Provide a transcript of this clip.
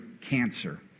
cancer